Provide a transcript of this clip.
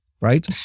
right